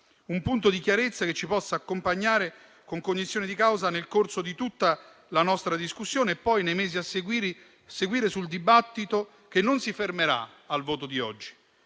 un punto di chiarezza che ci possa accompagnare con cognizione di causa nel corso di tutta la nostra discussione e poi, nei mesi a seguire, sul dibattito che non si fermerà al voto di oggi.